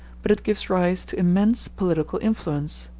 but it gives rise to immense political influence.